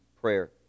Prayer